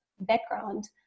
background